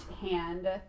hand